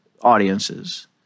audiences